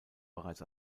bereits